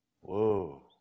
Whoa